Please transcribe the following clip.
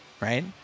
right